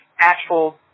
actual